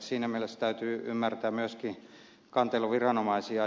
siinä mielessä täytyy ymmärtää myöskin kanteluviranomaisia